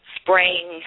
spring